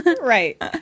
Right